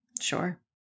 Sure